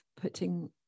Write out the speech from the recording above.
putting